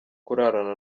kurarana